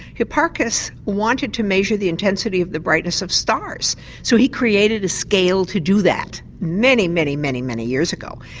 hipparchus wanted to measure the intensity of the brightness of stars so he created a scale to do that many, many, many many years ago.